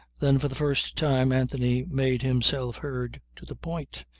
then for the first time anthony made himself heard to the point.